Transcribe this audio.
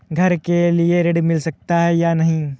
घर के लिए ऋण मिल सकता है या नहीं?